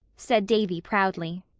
said davy proudly.